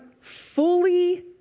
fully